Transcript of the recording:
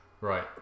right